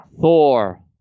Thor